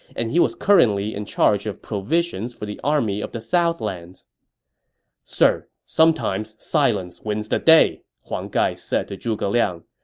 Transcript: and he was currently in charge of provisions for the army of the southlands sir, sometimes silence wins the day, huang gai said to zhuge liang.